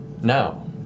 Now